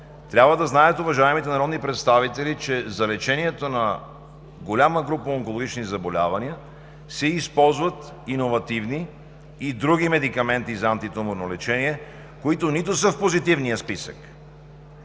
трябва да знаете, уважаеми народни представители, че за лечението на голяма група онкологични заболявания се използват иновативни и други медикаменти за антитуморно лечение, които нито са в Позитивния списък,